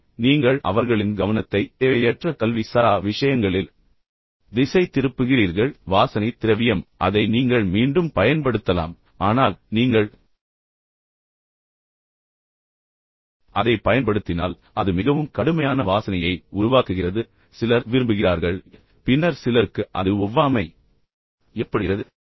எனவே நீங்கள் அவர்களின் கவனத்தை தேவையற்ற கல்வி சாரா விஷயங்களில் திசை திருப்புகிறீர்கள் வாசனை திரவியம் அதை நீங்கள் மீண்டும் பயன்படுத்தலாம் ஆனால் நீங்கள் அதைப் பயன்படுத்தினால் அது மிகவும் கடுமையான வாசனையை உருவாக்குகிறது சிலர் விரும்புகிறார்கள் பின்னர் சிலருக்கு அது ஒவ்வாமை ஏற்படுகிறது